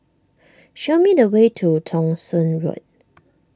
show me the way to Thong Soon Road